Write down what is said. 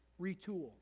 retool